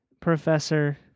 professor